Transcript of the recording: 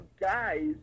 guys